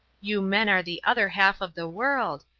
you men are the other half of the world.